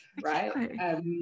right